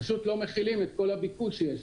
פשוט לא מכילים את כל הביקוש שיש.